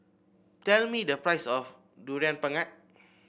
tell me the price of Durian Pengat